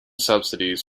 subsidies